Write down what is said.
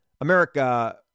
America